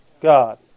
God